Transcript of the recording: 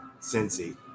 Cincy